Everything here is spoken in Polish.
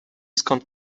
skąd